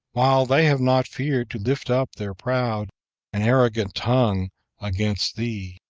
while they have not feared to lift up their proud and arrogant tongue against thee.